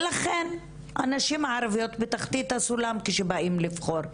לכן, הנשים הערביות בתחתית הסולם כשבאים לבחור.